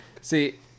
See